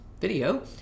video